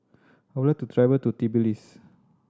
I would like to travel to Tbilisi